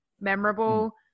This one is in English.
memorable